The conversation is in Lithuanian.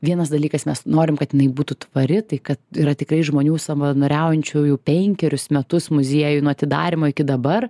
vienas dalykas mes norim kad jinai būtų tvari tai kad yra tikrai žmonių savanoriaujančiųjų penkerius metus muziejuj nuo atidarymo iki dabar